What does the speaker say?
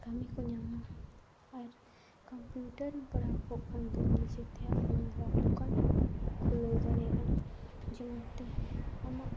ᱠᱟᱹᱢᱤ ᱠᱚ ᱧᱟᱢ ᱢᱟ ᱟᱨ ᱠᱚᱢᱯᱤᱭᱩᱴᱟᱨ ᱯᱟᱲᱦᱟᱣ ᱠᱚᱜ ᱠᱷᱟᱱ ᱫᱩᱧ ᱡᱮᱛᱮᱭᱟᱜ ᱟᱯᱱᱟᱨᱟᱜ ᱫᱚᱠᱟᱱ ᱦᱚᱸᱢ ᱠᱷᱩᱞᱟᱹᱣ ᱫᱟᱲᱮᱭᱟᱜᱼᱟ ᱡᱮᱢᱚᱱᱛᱮ ᱟᱢᱟᱜ